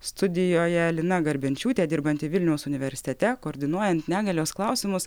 studijoje lina garbenčiūtė dirbanti vilniaus universitete koordinuojant negalios klausimus